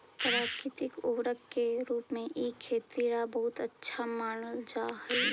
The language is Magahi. प्राकृतिक उर्वरक के रूप में इ खेती ला बहुत अच्छा मानल जा हई